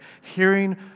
hearing